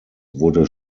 wurde